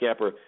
scapper